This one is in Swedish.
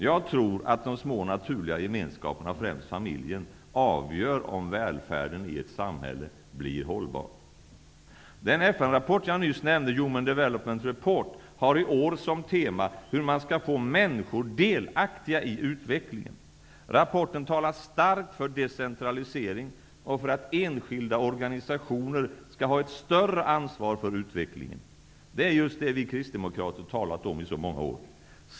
Jag tror att de små naturliga gemenskaperna, främst familjen, avgör om välfärden i vårt samhälle, blir hållbar. Den FN-rapport jag nyss nämnde, Human Development Report, har i år som tema hur man skall få människor delaktiga i utvecklingen. I rapporten talas det starkt för decentralisering och för att enskilda organisationer skall ha ett större ansvar för utvecklingen. Det är just det vi kristdemokrater talat om i många år.